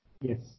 yes